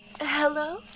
Hello